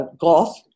golf